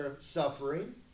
suffering